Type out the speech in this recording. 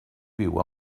byw